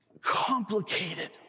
complicated